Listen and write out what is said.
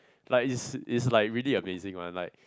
like is is like really amazing lah like